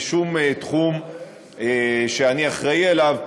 בשום תחום שאני אחראי עליו,